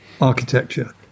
architecture